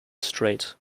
strait